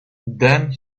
then